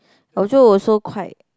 also also quite